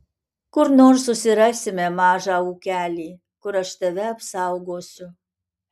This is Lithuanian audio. kur nors susirasime mažą ūkelį kur aš tave apsaugosiu